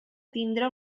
tindre